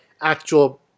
actual